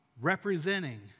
representing